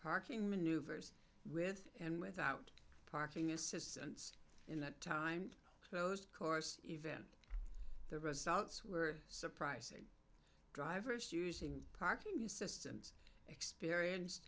parking maneuvers with and without parking assistance in that time closed course event the results were surprising drivers using parking systems experienced